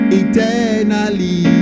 eternally